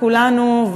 כולנו,